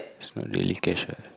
is not really cash what